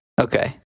Okay